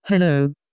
hello